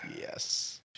Yes